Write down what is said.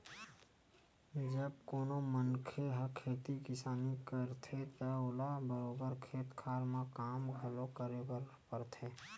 जब कोनो मनखे ह खेती किसानी करथे त ओला बरोबर खेत खार म काम घलो करे बर परथे